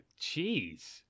Jeez